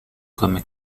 comme